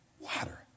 water